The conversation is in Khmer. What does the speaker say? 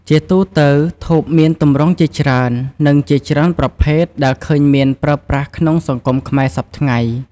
ជាទូទៅ ធូបមានទម្រង់ជាច្រើន និងជាច្រើនប្រភេទដែលឃើញមានប្រើប្រាស់ក្នុងសង្គមខ្មែរសព្វថ្ងៃ ។